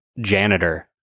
janitor